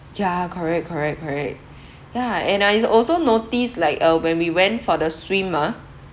ya correct correct correct yeah and I also noticed like uh when we went for the swim ah